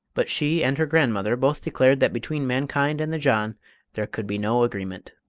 but she and her grandmother both declared that between mankind and the jann there could be no agreement.